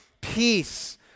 peace